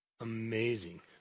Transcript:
amazing